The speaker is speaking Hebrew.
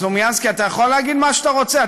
מר סלומינסקי, אתה יכול להגיד מה שאתה רוצה.